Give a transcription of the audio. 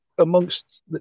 Amongst